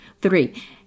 Three